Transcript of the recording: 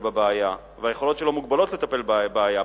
בבעיה והיכולות שלו מוגבלות לטפל בבעיה,